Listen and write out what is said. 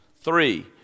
Three